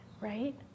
right